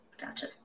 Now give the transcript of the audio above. Gotcha